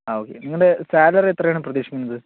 ആ ഓക്കെ നിങ്ങൾ സാലറി എത്രയാണ് പ്രതീക്ഷിക്കുന്നത്